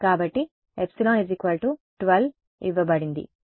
కాబట్టి ε 12 ఇవ్వబడింది సరే